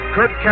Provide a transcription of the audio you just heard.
Kurt